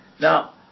Now